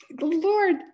Lord